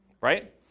right